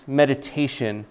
meditation